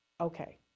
Okay